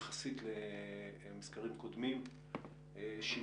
יחסית למזכרים קודמים,